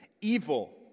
evil